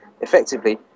effectively